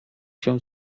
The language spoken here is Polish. się